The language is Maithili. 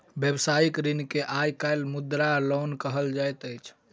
व्यवसायिक ऋण के आइ काल्हि मुद्रा लोन कहल जाइत अछि